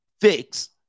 fix